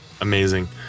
Amazing